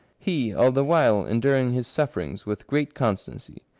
he all the while enduring his sufferings with great constancy.